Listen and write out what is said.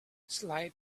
slide